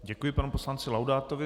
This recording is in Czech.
Děkuji panu poslanci Laudátovi.